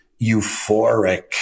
euphoric